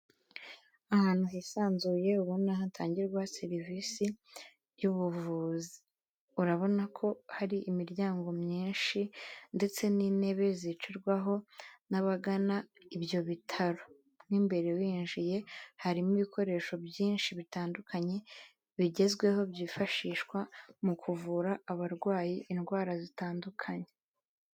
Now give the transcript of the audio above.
Ahantu hisanzuye ubona hatangirwa serivisi y'ubuvuzi. Urabona ko hari imiryango myinshi ndetse n'intebe zicarwaho n'abagana ibyo bitaro. Mo imbere winjiye harimo ibikoresho byinshi bitandukanye bigezweho, byifashishwa mu kuvura abarwayi indwara zitandukanye.